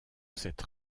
cette